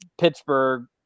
Pittsburgh